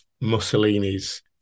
Mussolini's